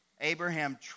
Abraham